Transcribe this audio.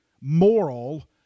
moral